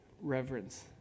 reverence